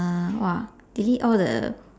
!wah! delete all the